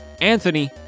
Anthony